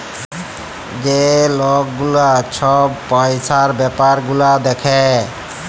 যে লক গুলা ছব পইসার ব্যাপার গুলা দ্যাখে